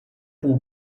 pół